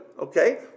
Okay